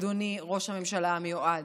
אדוני ראש הממשלה המיועד.